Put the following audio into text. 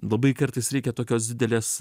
labai kartais reikia tokios didelės